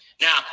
now